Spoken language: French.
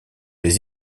les